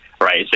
right